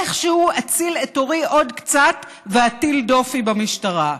איכשהו אציל את עורי עוד קצת ואטיל דופי במשטרה.